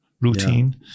routine